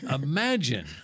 imagine